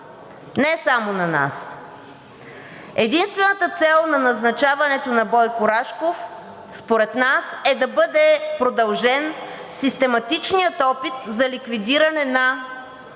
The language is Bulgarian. не само на нас. Единствената цел на назначаването на Бойко Рашков според нас е да бъде продължен систематичният опит за ликвидиране на